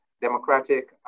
democratic